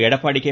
Edappadi K